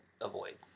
avoid